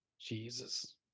Jesus